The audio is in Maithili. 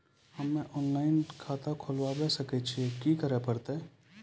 हम्मे ऑफलाइन खाता खोलबावे सकय छियै, की करे परतै?